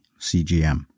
CGM